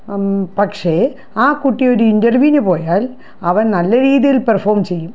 പക്ഷേ ആ കുട്ടി ഒരു ഇൻറർവ്യൂന് പോയാൽ അവൻ നല്ല രീതിയിൽ പെർഫോം ചെയ്യും